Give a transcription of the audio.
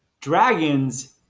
dragons